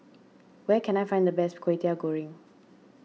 where can I find the best Kwetiau Goreng